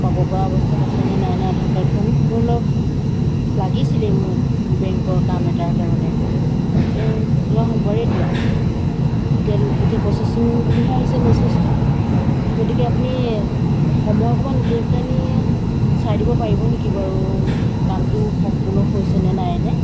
পাবপৰা অৱস্থাত আছেনে নাইনে আধাৰ কাৰ্ডখন মোৰ অলপ লাগিছিলেই মোক বেংকৰ কাম এটাৰ কাৰণে যোৱা সোমবাৰেই দিয়া এতিয়া এতিয়া প্ৰচেচিং বুলিহে আহিছে মেছেজটো গতিকে আপুনি সময় অকণমান উলিয়াই পেলাইনি চাই দিব পাৰিব নেকি বাৰু কামটো সম্পূৰ্ণ হৈছেনে নাইনে